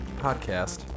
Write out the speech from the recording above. podcast